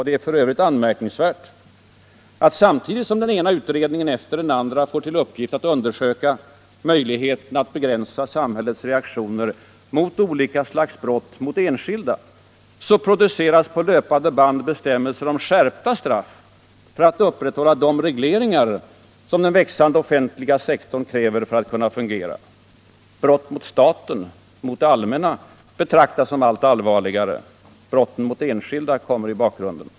Det är för övrigt anmärkningsvärt, att samtidigt som den ena utredningen efter den andra får till uppgift att undersöka möjligheterna att Allmänpolitisk debatt Allmänpolitisk debatt begränsa samhällets reaktioner gentemot olika slags brott mot enskilda, produceras på löpande band bestämmelser om skärpta straff för att upprätthålla de regleringar som den växande offentliga sektorn kräver för att kunna fungera. Brott mot staten, mot det allmänna, betraktas som allt allvarligare, brotten mot enskilda kommer i bakgrunden.